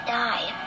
die